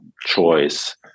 choice